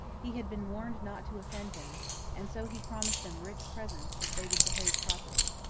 he had been warned not to offend them and so he promised them rich presents if they would behave properly.